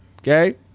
Okay